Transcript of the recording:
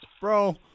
Bro